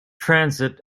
transit